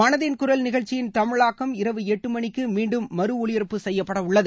மனதின் குரல் நிகழ்ச்சியின் தமிழாக்கம் இரவு எட்டு மணிக்கு மீண்டும் மறு ஒலிபரப்பு செய்யப்படவுள்ளது